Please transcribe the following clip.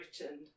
written